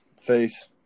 face